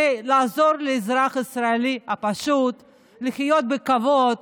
כדי לעזור לאזרח הישראלי הפשוט לחיות בכבוד.